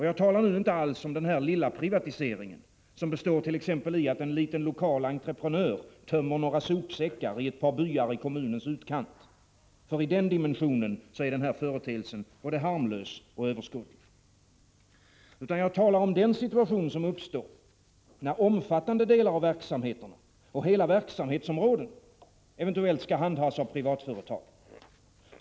Jag talar nu inte alls om den lilla privatisering som består t.ex. i att en liten lokal entreprenör tömmer några sopsäckar i ett par byar i kommunens utkant. I den dimensionen är företeelsen både harmlös och överskådlig. Jag talar om den situation som uppstår när omfattande delar av verksamheterna och hela verksamhetsområden eventuellt skall handhas av privatföretag.